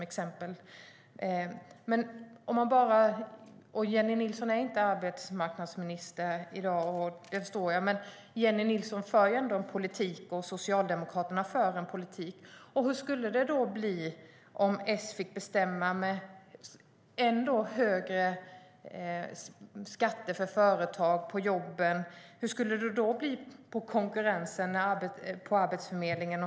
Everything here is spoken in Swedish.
Jennie Nilsson är inte arbetsmarknadsminister i dag, men hur skulle det bli, om hon och S fick bestämma och införa ännu högre skatt på arbete och företagande, med konkurrensen på Arbetsförmedlingen?